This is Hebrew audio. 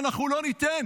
אנחנו לא ניתן.